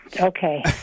Okay